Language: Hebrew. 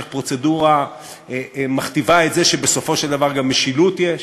איך פרוצדורה מכתיבה את זה שבסופו של דבר גם משילות יש.